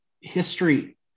History